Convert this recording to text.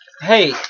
hey